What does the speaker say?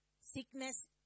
Sickness